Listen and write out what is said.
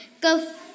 go